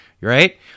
right